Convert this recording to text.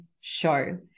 show